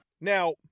Now